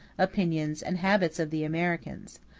opinions, and habits of the americans,